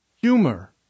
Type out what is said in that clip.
humor